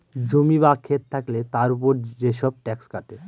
জমি বা খেত থাকলে তার উপর যেসব ট্যাক্স কাটে